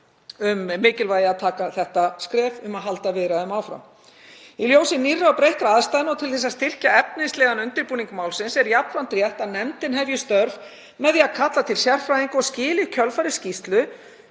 um mikilvægi þess að taka það skref að halda viðræðum áfram. Í ljósi nýrra og breyttra aðstæðna og til þess að styrkja efnislegan undirbúning málsins er jafnframt rétt að nefndin hefji störf með því að kalla til sérfræðinga og skili í kjölfarið skýrslu